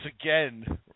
again